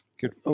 Good